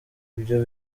ibyo